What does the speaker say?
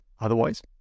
Otherwise